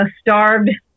starved